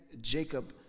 Jacob